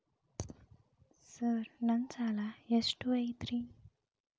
Sir ನನ್ನ ಸಾಲಾ ಎಷ್ಟು ಐತ್ರಿ?